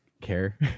care